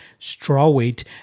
strawweight